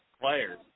players